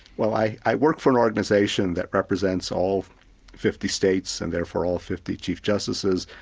well i i work for an organisation that represents all fifty states, and therefore all fifty chief justices,